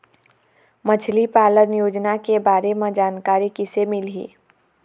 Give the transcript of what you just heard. मछली पालन योजना के बारे म जानकारी किसे मिलही?